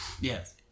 Yes